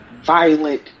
violent